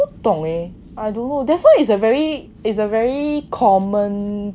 不懂 leh I don't know that's why is a very is a very common